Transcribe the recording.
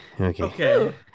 Okay